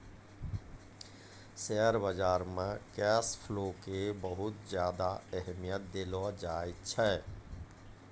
share बाजार मे cash flow के बहुत ज्यादा अहमियत देलो जाए छै